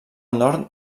nord